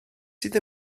sydd